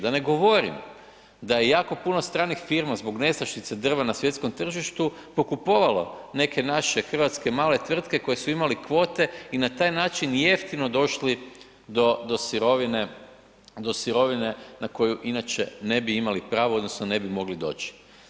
Da ne govorim da je jako puno stranih firma zbog nestašice drva na svjetskom tržištu pokupovalo neke naše hrvatske male tvrtke koji su imali kvote i na taj način jeftino došli do sirovine na koju inače ne bi imali pravo odnosno ne mogli doći.